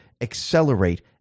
accelerate